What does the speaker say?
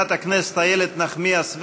חברת הכנסת איילת נחמיאס ורבין,